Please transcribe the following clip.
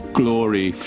glory